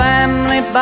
Family